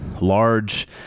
large